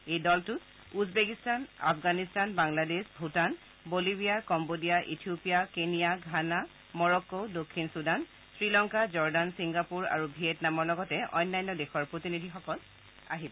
এই দলটোত Uzbekistan Afghanistan Bangladesh Bhutan Bolivia Cambodia Ethiopia Kenya Ghana Morocco দক্ষিণ ছুদান শ্ৰীলংকা জৰ্দান চিংগাপুৰ আৰু ভিয়েটনামৰ লগতে অন্যান্য দেশৰ প্ৰতিনিধিসকল আহিব